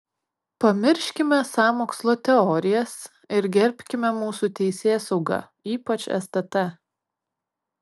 pamirškime sąmokslo teorijas ir gerbkime mūsų teisėsaugą ypač stt